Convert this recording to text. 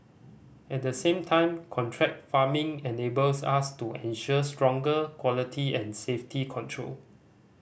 at the same time contract farming enables us to ensure stronger quality and safety control